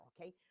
okay